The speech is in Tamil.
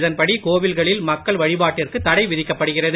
இதன்படி கோவில்களில் மக்கள் வழிபாட்டிற்குத் தடை விதிக்கப்படுகிறது